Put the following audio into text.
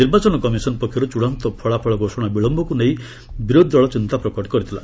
ନିର୍ବାଚନ କମିଶନ ପକ୍ଷରୁ ଚୂଡାନ୍ତ ଫଳାଫଳ ଘୋଷଣା ବିଳୟକୁ ନେଇ ବିରୋଧୀ ଦଳ ଚିନ୍ତା ପ୍ରକଟ କରିଥିଲା